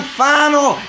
final